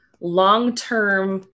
long-term